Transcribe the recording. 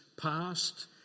passed